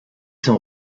son